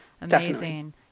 amazing